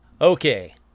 Okay